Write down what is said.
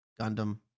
Gundam